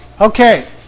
Okay